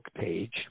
page